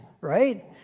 Right